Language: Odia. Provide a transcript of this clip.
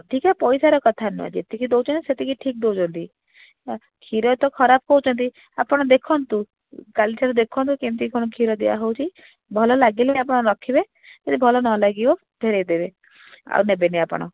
ଅଧିକା ପଇସାର କଥା ନୁହେଁ ଯେତିକି ଦେଉଛନ୍ତି ସେତିକି ଠିକ୍ ଦେଉଛନ୍ତି ଆ କ୍ଷୀର ତ ଖରାପ କହୁଛନ୍ତି ଆପଣ ଦେଖନ୍ତୁ କାଲିଠାରୁ ଦେଖନ୍ତୁ କେମିତି କ'ଣ କ୍ଷୀର ଦିଆ ହେଉଛି ଭଲ ଲାଗିଲେ ଆପଣ ରଖିବେ ଯଦି ଭଲ ନ ଲାଗିବ ଫେରାଇଦେବେ ଆଉ ନେବେନି ଆପଣ